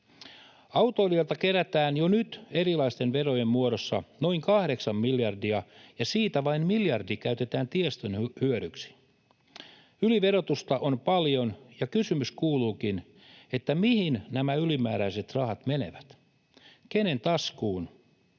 Autoilijoilta kerätään jo nyt erilaisten verojen muodossa noin 8 miljardia, ja siitä vain miljardi käytetään tiestön hyödyksi. Yliverotusta on paljon, ja kysymys kuuluukin: mihin nämä ylimääräiset rahat menevät, kenen taskuun?